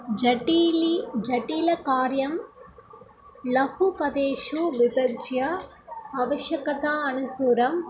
जटीलि जटीलकार्यं लघुपदेषु विभज्य आवश्यकता अनुसारम्